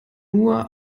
nur